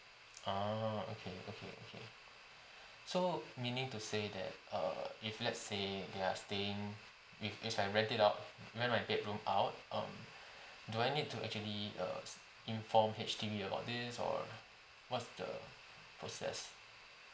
ah okay okay okay so meaning to say that err if let's say we are staying with if I rent it out rent my bedroom out um do I need to actually uh inform H_D_B about this or what's the process